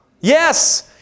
Yes